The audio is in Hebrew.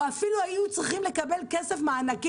או אפילו היו צריכים לקבל מענקים,